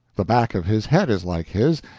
the back of his head is like his,